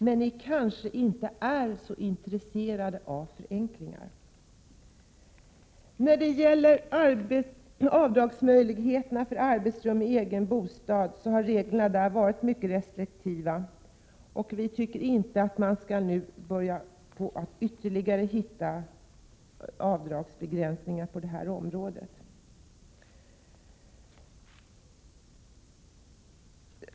Men ni är kanske inte intresserade av förenklingar! När det gäller möjligheterna till avdrag för arbetsrum i den egna bostaden har reglerna varit mycket restriktiva. Vi tycker inte att man skall försöka hitta ytterligare avdragsbegränsningar på detta område.